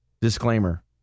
Disclaimer